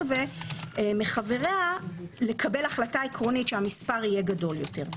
רבעי מחבריה לקבל החלטה עקרונית שהמספר יהיה גדול יותר.